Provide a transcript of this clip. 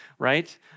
right